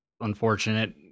unfortunate